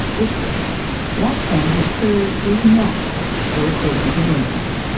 except what they had heard was not a recording of a windfarm,